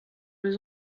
les